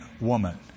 woman